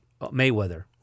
Mayweather